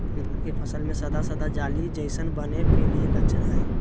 धान के फसल में सादा सादा जाली जईसन बने के कि लक्षण हय?